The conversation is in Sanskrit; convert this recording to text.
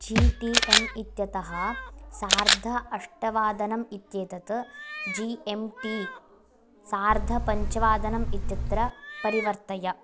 जी टी एम् इत्यतः सर्ध अष्टवदनं इत्येतत् जी एम् टी सर्धपञ्चवदनं इत्यत्र परिवर्तय